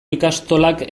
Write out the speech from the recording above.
ikastolak